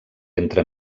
entre